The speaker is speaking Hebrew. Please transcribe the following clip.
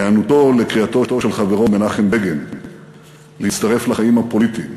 היענותו לקריאתו של חברו מנחם בגין להצטרף לחיים הפוליטיים,